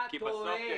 אתה טועה.